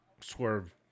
Swerve